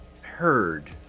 heard